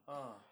ah